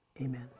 amen